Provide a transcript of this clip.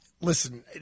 Listen